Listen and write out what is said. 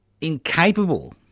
incapable